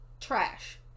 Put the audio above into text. trash